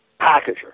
packager